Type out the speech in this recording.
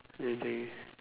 anything